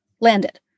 landed